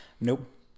Nope